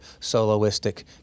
soloistic